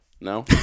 No